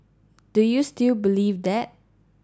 do you still believe that